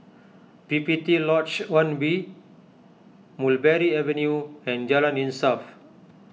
P P T Lodge one B Mulberry Avenue and Jalan Insaf